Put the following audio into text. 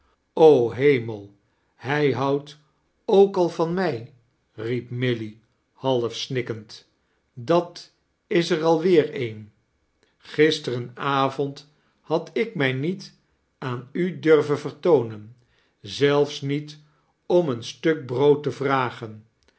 hemel hij houdt ook al van mij riep milly half snikkend dat is er alweer een oisteren avond had ik mij niet aan u durven vertoonen zelfs niet om een stuk brood te vragen